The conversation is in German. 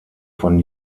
von